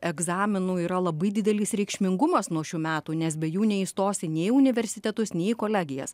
egzaminų yra labai didelis reikšmingumas nuo šių metų nes be jų neįstosi nei į universitetus nei į kolegijas